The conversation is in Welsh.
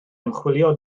ymchwilio